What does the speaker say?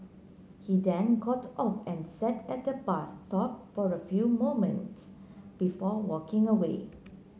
he then got off and sat at bus stop for a few moments before walking away